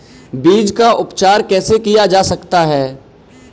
बीज का उपचार कैसे किया जा सकता है?